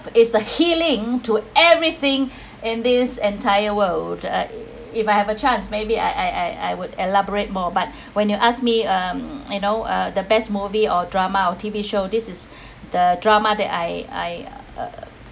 is the healing to everything in this entire world uh if I have a chance maybe I I I would elaborate more but when you ask me um you know uh the best movie or drama or T_V show this is the drama that I I uh